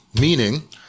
meaning